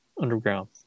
underground